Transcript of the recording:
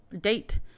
date